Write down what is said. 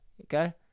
Okay